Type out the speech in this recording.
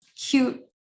Cute